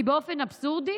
כי באופן אבסורדי,